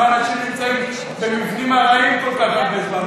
למה אנשים נמצאים במבנים ארעיים כל כך הרבה זמן,